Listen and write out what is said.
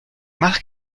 más